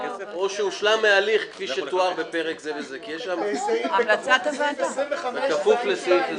או שהושלם ההליך כפי שתואר בפרק --- בכפוף לסעיף ---.